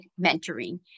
mentoring